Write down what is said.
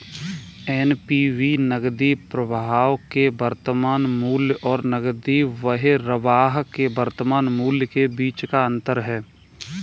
NPV नकदी प्रवाह के वर्तमान मूल्य और नकदी बहिर्वाह के वर्तमान मूल्य के बीच का अंतर है